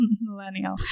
millennial